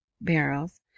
barrels